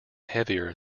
heavier